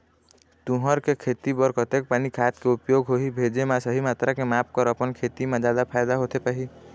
तुंहर के खेती बर कतेक पानी खाद के उपयोग होही भेजे मा सही मात्रा के माप कर अपन खेती मा जादा फायदा होथे पाही?